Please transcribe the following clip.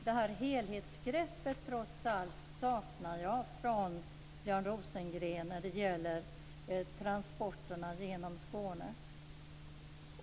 Men jag saknar trots allt ett helhetsgrepp från Björn Rosengren när det gäller transporterna genom Skåne.